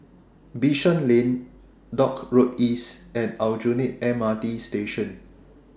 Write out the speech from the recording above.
Bishan Lane Dock Road East and Aljunied MRT Station